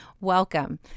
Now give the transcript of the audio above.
welcome